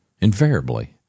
Invariably